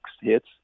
hits